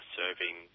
serving